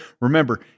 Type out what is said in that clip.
Remember